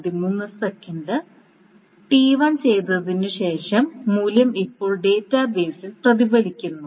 T1 ചെയ്തതിനുശേഷം മൂല്യം ഇപ്പോൾ ഡാറ്റാബേസിൽ പ്രതിഫലിക്കുന്നു